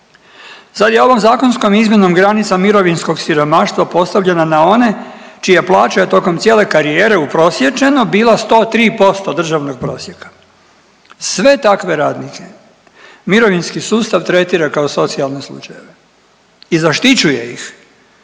Sad je ovom zakonskom izmjenom granica mirovinskog siromaštva postavljena na one čija plaća je tokom cijele karijere uprosječeno bila 103% državnog prosjeka. Sve takve radnike mirovinski sustav tretira kao socijalne slučajeve i zaštićuje ih